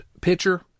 pitcher